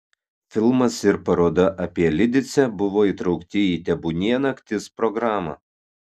filmas ir paroda apie lidicę buvo įtraukti į tebūnie naktis programą